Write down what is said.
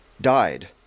died